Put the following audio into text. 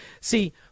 See